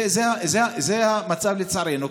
זה המצב, לצערנו.